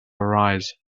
arise